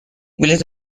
بلیط